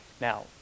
Now